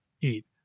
eat